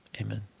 Amen